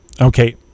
Okay